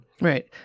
Right